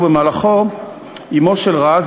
ובמהלכו אמו של רז,